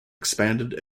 expanded